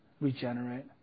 regenerate